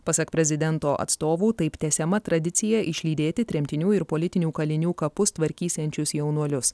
pasak prezidento atstovų taip tęsiama tradicija išlydėti tremtinių ir politinių kalinių kapus tvarkysiančius jaunuolius